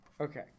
Okay